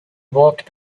walked